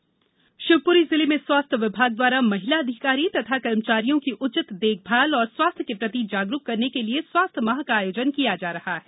महिला स्वास्थ्य शिवपुरी जिले में स्वास्थ्य विभाग द्वारा महिला अधिकारी तथा कर्मचारियों की उचित देखभाल और स्वास्थ्य के प्रति जागरूक करने के लिए स्वास्थ्य माह का आयोजन किया जा रहा है